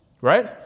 right